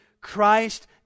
Christ